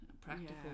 practical